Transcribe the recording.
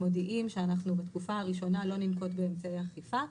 מודיעים שאנחנו בתקופה הראשונה לא ננקוט באמצעי אכיפה.